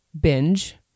binge